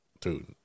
dude